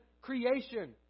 creation